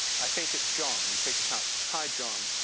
i think it's john. you pick it up, hi john.